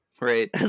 Right